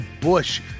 bush